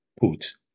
put